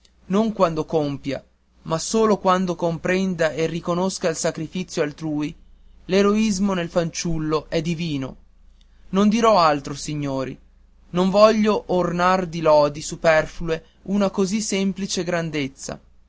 non quando compia ma solo quando comprenda e riconosca il sacrificio altrui l'eroismo nel fanciullo è divino non dirò altro signori non voglio ornar di lodi superflue una così semplice grandezza